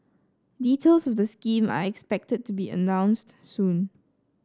details of the scheme are expected to be announced soon